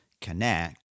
connect